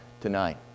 tonight